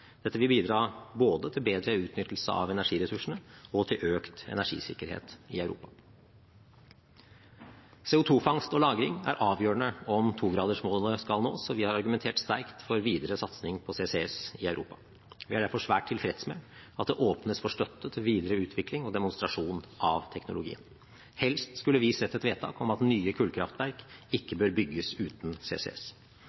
Dette vil bidra til bedre utnyttelse av energiressursene og til økt energisikkerhet i Europa. CO2-fangst og -lagring er avgjørende om 2-gradersmålet skal nås, og vi har argumentert sterkt for videre satsing på CCS i Europa. Vi er derfor svært tilfreds med at det åpnes for støtte til videre utvikling og demonstrasjon av teknologien. Helst skulle vi sett et vedtak om at nye kullkraftverk